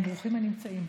ברוכים הנמצאים.